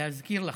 להזכיר לך,